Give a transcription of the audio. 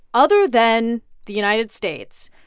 other than the united states,